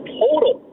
total